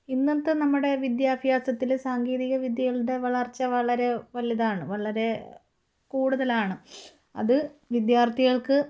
ഇന്നത്തെ നമ്മുടെ വിദ്യാഭ്യാസത്തില് സാങ്കേതിക വിദ്യകളുടെ വളർച്ച വളരെ വലുതാണ് വളരെ കൂടുതലാണ് അതു വിദ്യാർത്ഥികൾക്ക്